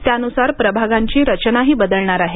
त्यानुसार प्रभागांची रचनाही बदलणार आहे